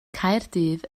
caerdydd